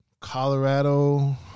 Colorado